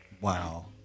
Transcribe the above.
Wow